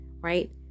right